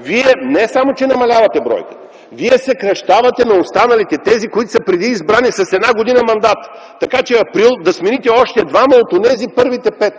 Вие не само че намалявате бройката, вие съкращавате на останалите – тези, които са преди избрани, с една година мандата. Така че април да смените още двама от онези, първите пет.